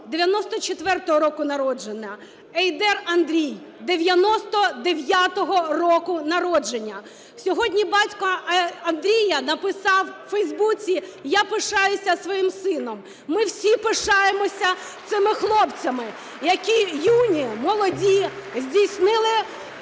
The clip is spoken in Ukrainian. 94-го року народження. Ейдер Андрій, 99-го року народження. Сьогодні батько Андрія написав в Фейсбуці: "Я пишаюся своїм сином". Ми всі пишаємося цими хлопцями, які юні, молоді, здійснили